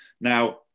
Now